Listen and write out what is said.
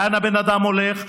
לאן הבן אדם הולך,